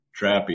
trappy